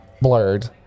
Blurred